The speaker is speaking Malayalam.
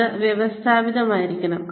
അത് വ്യവസ്ഥാപിതമായിരിക്കണം